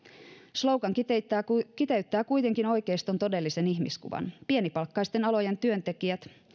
slogan kiteyttää kuitenkin oikeiston todellisen ihmiskuvan pienipalkkaisten alojen työntekijät